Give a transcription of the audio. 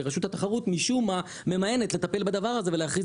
ורשות התחרות משום מה ממאנת לטפל בדבר הזה ולהכריז